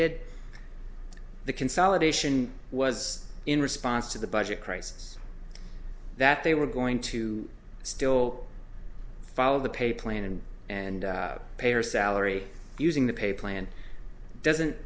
did the consolidation was in response to the budget crisis that they were going to still follow the pay plan and and pay or salary using the pay plan doesn't